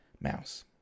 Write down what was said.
mouse